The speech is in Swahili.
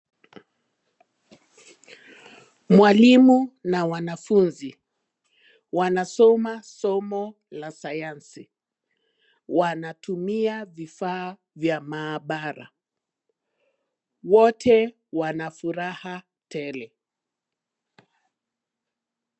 Mwalimu na wanafunzi, wanasoma somo la sayansi. Wanatumia vifaa vya maabara. Wote wana furaha tele.